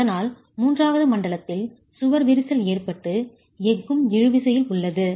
அதனால் மூன்றாவது மண்டலத்தில் சுவர் விரிசல் ஏற்பட்டு எஃகும் இழு விசையில் உள்ளது